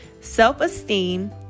Self-esteem